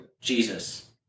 Jesus